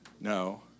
No